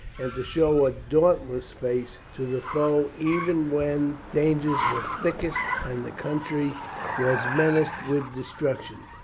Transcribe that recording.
and to show a dauntless face to the foe even when dangers were thickest and the country was menaced with destruction.